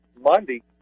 Monday